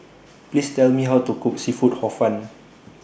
Please Tell Me How to Cook Seafood Hor Fun